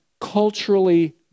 culturally